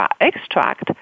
extract